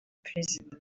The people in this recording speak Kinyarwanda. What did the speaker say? perezida